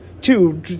Two